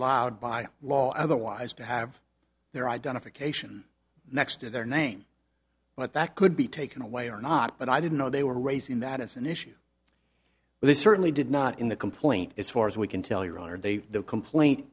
allowed by law otherwise to have their identification next to their name but that could be taken away or not but i didn't know they were raising that as an issue they certainly did not in the complaint as far as we can tell your honor they the complaint